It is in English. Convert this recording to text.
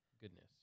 goodness